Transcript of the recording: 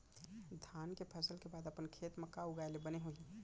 धान के फसल के बाद अपन खेत मा का उगाए ले बने होही?